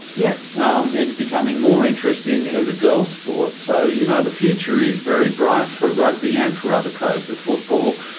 yeah um it's becoming more interest in as a girls sport, so you know the future is very bright for rugby and for other codes of football,